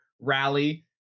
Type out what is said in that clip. rally